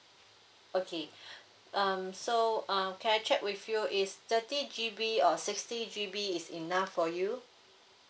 okay um so uh can I check with you is thirty G_B or sixty G_B is enough for you